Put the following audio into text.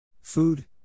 Food